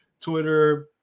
Twitter